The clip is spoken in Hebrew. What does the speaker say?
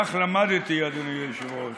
כך למדתי, אדוני היושב-ראש,